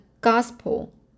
gospel